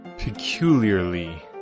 peculiarly